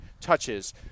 touches